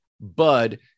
bud